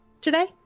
today